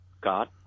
God